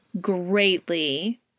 greatly